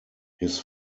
his